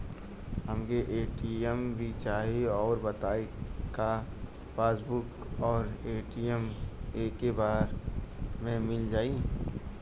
हमके ए.टी.एम भी चाही राउर बताई का पासबुक और ए.टी.एम एके बार में मील जाई का?